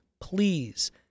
please